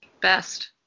Best